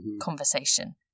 conversation